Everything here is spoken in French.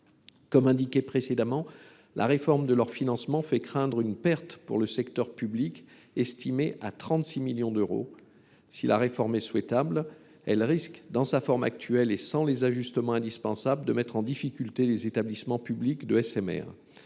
était indiqué précédemment, la réforme de leur financement fait craindre pour le secteur public une perte estimée à 36 millions d’euros. Si la réforme est souhaitable, elle risque, dans sa forme actuelle et sans les ajustements indispensables, de mettre en difficulté les établissements publics SMR.